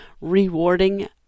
rewarding